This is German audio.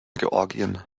georgien